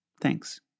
Thanks